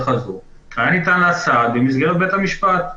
הזו היה ניתן לה סעד במסגרת בית המשפט.